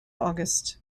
august